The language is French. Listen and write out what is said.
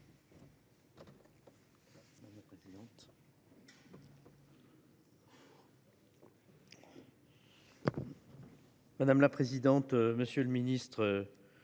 Madame la présidente, monsieur le ministre,